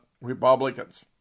Republicans